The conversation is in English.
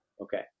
Okay